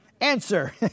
Answer